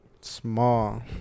Small